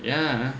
yeah